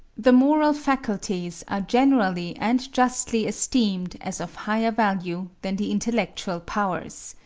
the moral faculties are generally and justly esteemed as of higher value than the intellectual powers.